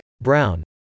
brown